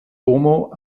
beaumont